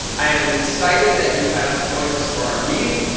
i am excited that you have joined us for our meeting.